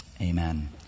Amen